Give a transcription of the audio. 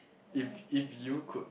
if if you could